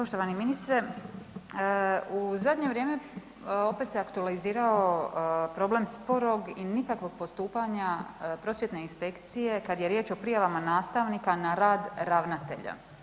Poštovani ministre, u zadnje vrijeme opet se aktualizirao problem sporog i nikakvog postupanja prosvjetne inspekcije kad je riječ o prijavama nastavnika na rad ravnatelja.